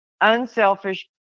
unselfish